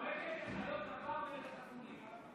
דואגת לחיות הבר ולחתולים.